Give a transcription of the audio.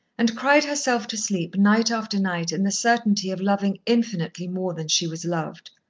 and cried herself to sleep night after night in the certainty of loving infinitely more than she was loved.